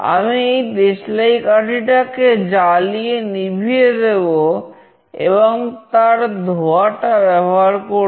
আমি এই দেশলাই কাঠিটাকে জ্বালিয়ে নিভিয়ে দেব এবং তার ধোঁয়াটা ব্যবহার করব